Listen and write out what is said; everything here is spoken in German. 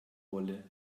wolle